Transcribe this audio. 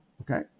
okay